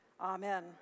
Amen